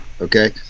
okay